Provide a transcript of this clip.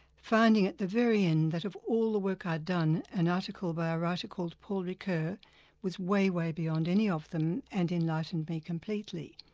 finding at the very end, that of all the work i'd done, an article by a writer called paul ricoeur was way, way beyond any of them, and enlightened me completely.